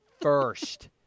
first